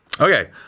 Okay